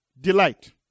delight